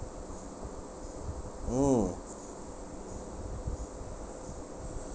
mm